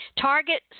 Target